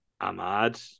Ahmad